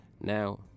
now